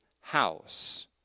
house